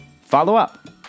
follow-up